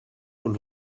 und